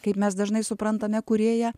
kaip mes dažnai suprantame kūrėją